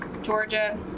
Georgia